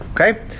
Okay